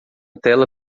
tela